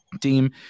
team